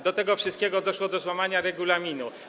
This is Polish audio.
Do tego wszystkiego doszło do złamania regulaminu.